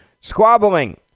squabbling